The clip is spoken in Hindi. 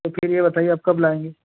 फिर ये बताइए आप कब लाएँगे